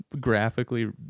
graphically